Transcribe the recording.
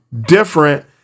different